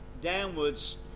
downwards